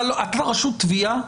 אתה רשות תביעה,